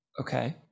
Okay